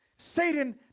Satan